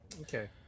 okay